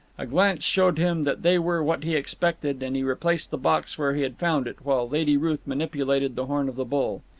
a glance showed him that they were what he expected, and he replaced the box where he had found it, while lady ruth manipulated the horn of the bull.